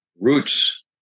roots